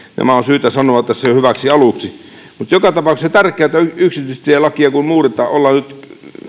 tämä on syytä sanoa jo tässä hyväksi aluksi mutta joka tapauksessa tärkeää on muistaa kun yksityistielakia muutetaan ja ollaan nyt